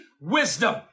wisdom